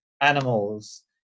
animals